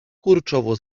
kurczowo